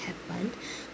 happened